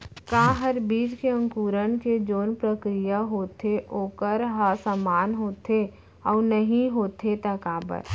का हर बीज के अंकुरण के जोन प्रक्रिया होथे वोकर ह समान होथे, अऊ नहीं होथे ता काबर?